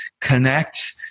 connect